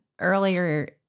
earlier